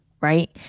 right